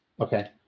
Okay